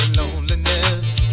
loneliness